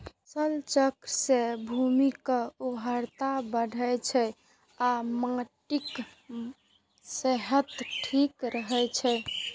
फसल चक्र सं भूमिक उर्वरता बढ़ै छै आ माटिक सेहत ठीक रहै छै